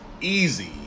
easy